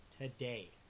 today